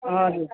हजुर